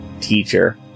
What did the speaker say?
Teacher